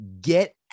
get